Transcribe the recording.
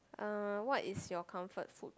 uh what is your comfort food